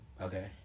Okay